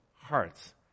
hearts